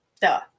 Duh